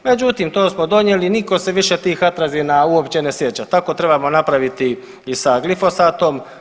Međutim, to smo donijeli i niko se više tih atrazina uopće ne sjeća, tako trebamo napraviti i sa glifosatom.